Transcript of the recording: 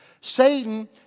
Satan